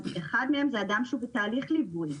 אחד מהם זה אדם שהוא בתהליך ליווי,